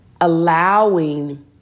allowing